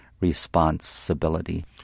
responsibility